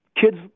Kids